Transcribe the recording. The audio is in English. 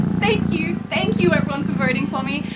thank you, thank you everyone for voting for me.